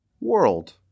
world